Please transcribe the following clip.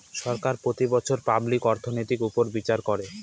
সরকার প্রতি বছর পাবলিক অর্থনৈতির উপর বিচার করে